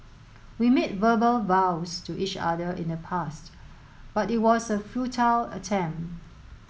we made verbal vows to each other in the past but it was a futile attempt